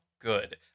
good